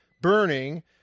burning